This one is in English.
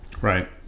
Right